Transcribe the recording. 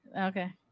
Okay